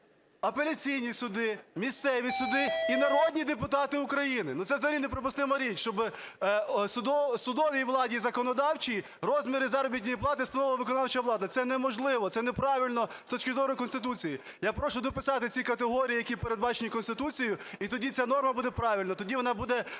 апеляційні суди, місцеві суди і народні депутати України. Ну, це взагалі неприпустима річ, щоби судовій владі і законодавчій розміри заробітної плати встановлювала виконавча влада. Це неможливо, це неправильно з точки зору Конституції. Я прошу дописати ці категорії, які передбачені Конституцією, і тоді ця норма буде правильною, тоді вона буде